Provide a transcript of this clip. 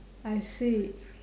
I see